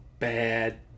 bad